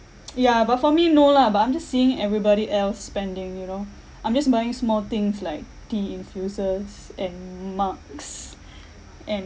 ya but for me no lah but I'm just seeing everybody else spending you know I'm just buying small things like tea infusers and m~ mugs and